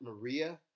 Maria